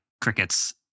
crickets